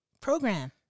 program